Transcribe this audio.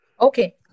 Okay